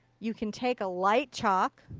you can take a light chalk